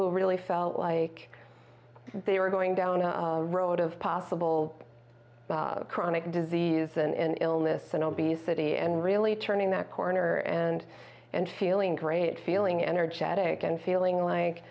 who really felt like they were going down a road of possible chronic disease and illness and obesity and really turning that corner and and feeling great feeling energetic and feeling like